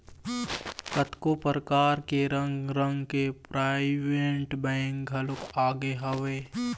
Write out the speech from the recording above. कतको परकार के रंग रंग के पराइवेंट बेंक घलोक आगे हवय